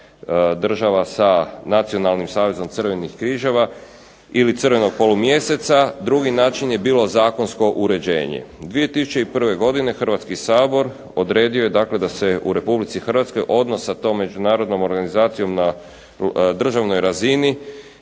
država sa Nacionalnim savezom crvenih križeva ili crvenog polumjeseca. Drugi način je bilo zakonsko uređenje. 2001. godine Hrvatski sabor odredio je da se u Republici Hrvatskoj odnos sa tom međunarodnom organizacijom na državnoj razini